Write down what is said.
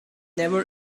never